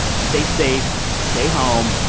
stay safe. stay home.